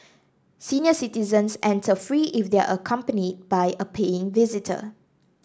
senior citizens enter free if they are accompanied by a paying visitor